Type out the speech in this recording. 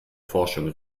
forschung